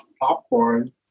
popcorn